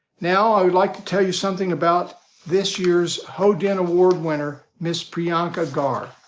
now i would like to tell you something about this year's ho din award winner ms. priyanka gaur.